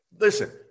listen